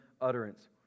utterance